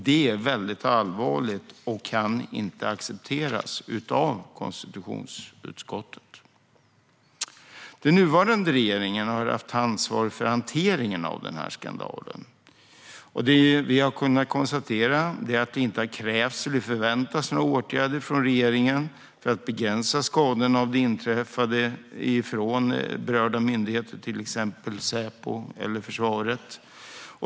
Det är väldigt allvarligt och kan inte accepteras av konstitutionsutskottet. Den nuvarande regeringen har haft ansvar för hanteringen av skandalen. Vi har kunnat konstatera att berörda myndigheter, till exempel Säpo och försvaret, inte har krävt eller förväntat sig några åtgärder från regeringen för att begränsa skadorna av det inträffade.